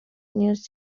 news